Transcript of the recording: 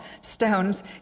stones